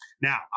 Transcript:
Now